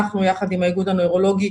אנחנו יחד עם האיגוד הנוירולוגי,